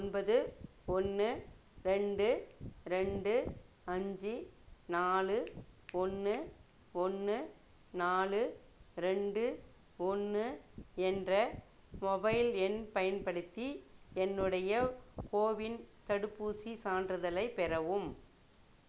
ஒன்பது ஒன்று ரெண்டு ரெண்டு அஞ்சு நாலு ஒன்று ஒன்று நாலு ரெண்டு ஒன்று என்ற மொபைல் எண் பயன்படுத்தி என்னுடைய கோவின் தடுப்பூசி சான்றிதழைப் பெறவும்